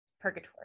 purgatory